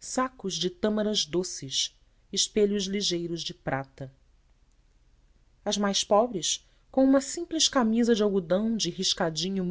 sacos de tâmaras doces espelhos ligeiros de prata as mais pobres com uma simples camisa de algodão de riscadinho